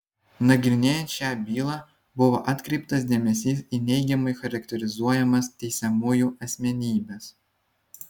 nagrinėjant šią bylą buvo atkreiptas dėmesys į neigiamai charakterizuojamas teisiamųjų asmenybes